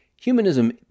Humanism